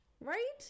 Right